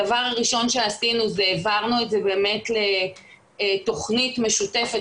הדבר הראשון שעשינו זה העברנו את זה לתכנית משותפת